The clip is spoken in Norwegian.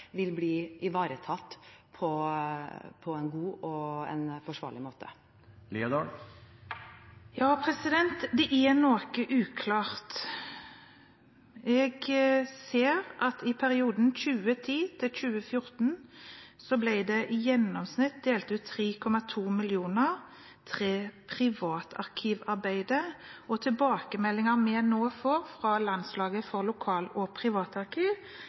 vil bli ivaretatt på en god og forsvarlig måte. Dette er noe uklart. Jeg ser at i perioden 2010–2014 ble det i gjennomsnitt delt ut 3,2 mill. kr til privatarkivarbeidet, og ifølge tilbakemeldinger vi nå får fra Landslaget for lokal- og privatarkiv,